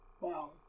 Wow